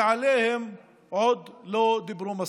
שעליהם עוד לא דיברו מספיק.